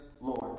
Lord